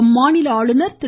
அம்மாநில ஆளுநர் திரு